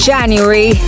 January